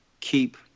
keep